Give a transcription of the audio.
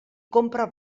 compra